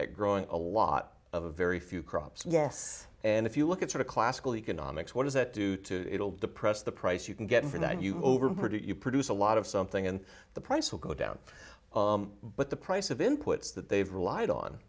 at growing a lot of a very few crops yes and if you look at sort of classical economics what does that do to it'll depress the price you can get from that you over produce you produce a lot of something and the price will go down but the price of inputs that they've relied on